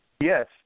Yes